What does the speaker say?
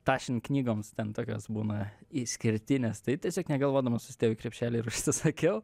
taschen knygoms ten tokios būna išskirtinės tai tiesiog negalvodamas susidėjau į krepšelį ir užsisakiau